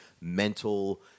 mental –